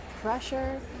pressure